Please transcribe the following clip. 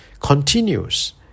continues